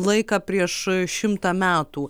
laiką prieš šimtą metų